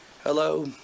Hello